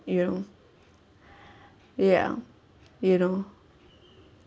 you know ya you know